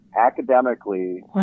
academically